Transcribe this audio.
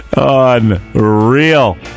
Unreal